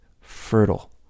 fertile